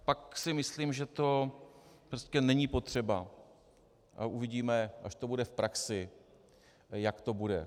Pak si myslím, že to prostě není potřeba, a uvidíme, až to bude v praxi, jak to bude.